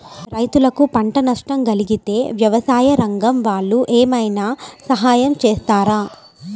రైతులకు పంట నష్టం కలిగితే వ్యవసాయ రంగం వాళ్ళు ఏమైనా సహాయం చేస్తారా?